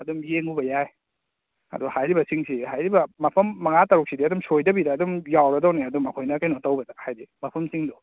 ꯑꯗꯨꯝ ꯌꯦꯡꯉꯨꯕ ꯌꯥꯏ ꯑꯗꯨ ꯍꯥꯏꯔꯤꯕꯁꯤꯡꯁꯤ ꯍꯥꯏꯔꯤꯕ ꯃꯐꯝ ꯃꯉꯥ ꯇꯔꯨꯛꯁꯤꯗꯤ ꯑꯗꯨꯝ ꯁꯣꯏꯗꯕꯤꯗ ꯑꯗꯨꯝ ꯌꯥꯎꯔꯗꯧꯅꯤ ꯑꯗꯨꯝ ꯑꯩꯈꯣꯏꯅ ꯀꯩꯅꯣ ꯇꯧꯕꯗ ꯍꯥꯏꯗꯤ ꯃꯐꯝꯁꯤꯡꯗꯣ